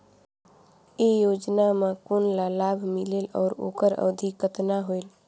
ये योजना मे कोन ला लाभ मिलेल और ओकर अवधी कतना होएल